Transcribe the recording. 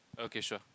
okay sure